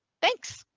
thanks.